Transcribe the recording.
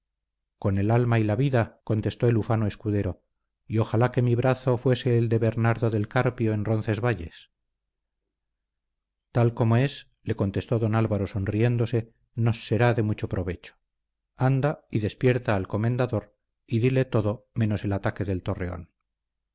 con el alma y la vida contestó el ufano escudero y ojalá que mi brazo fuese el de bernardo del carpio en roncesvalles tal como es le contestó don álvaro sonriéndose nos será de mucho provecho anda y despierta al comendador y dile todo menos el ataque del torreón